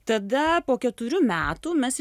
tada po keturių metų mes